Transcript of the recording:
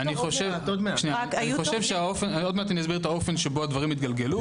עוד מעט אסביר את האופן שבו הדברים התגלגלו.